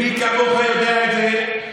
מי כמוך יודע את זה.